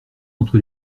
entre